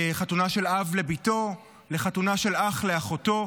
לחתונה של אב לבתו, לחתונה של אח לאחותו.